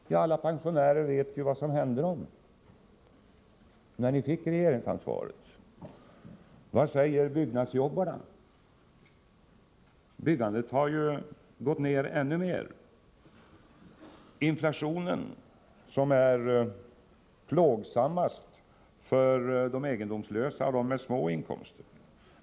Nu vet alla pensionärer vad som hände när ni fick regeringsansvaret. Vad säger byggnadsjobbarna? Byggandet har ju gått ner ännu mer. Inflationen, som är plågsammast för de egendomslösa och dem med små inkomster, håller i sig.